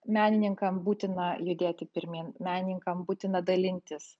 menininkam būtina judėti pirmyn menininkam būtina dalintis